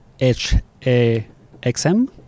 HAXM